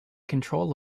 control